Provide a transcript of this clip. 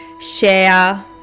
share